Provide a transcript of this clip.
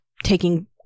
taking